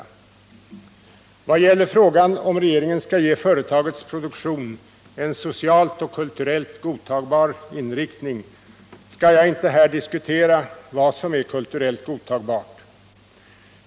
I vad gäller frågan om att regeringen skall ge företagets produktion en socialt och kulturellt godtagbar inriktning skall jag inte här diskutera vad som är kulturellt godtagbart.